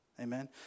Amen